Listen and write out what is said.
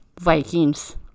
Vikings